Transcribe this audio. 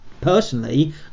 personally